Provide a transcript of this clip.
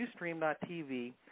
Ustream.tv